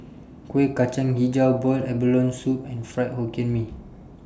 Kuih Kacang Hijau boiled abalone Soup and Fried Hokkien Mee